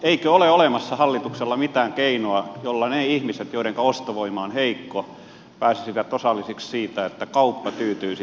eikö ole olemassa hallituksella mitään keinoa jolla ne ihmiset joidenka ostovoima on heikko pääsisivät osallisiksi siitä että kauppa tyytyisi pienempään osuuteen